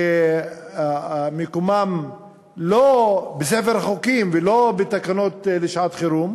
שמקומם לא בספר החוקים ולא בתקנות לשעת-חירום,